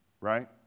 right